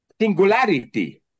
singularity